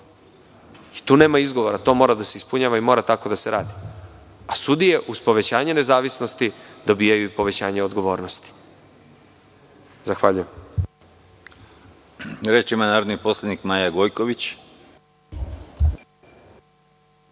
Tu nema izgovora, to mora da se ispunjava i mora tako da se radi, a sudije, uz povećanje nezavisnosti, dobijaju i povećanje odgovornosti. Zahvaljujem. **Konstantin Arsenović**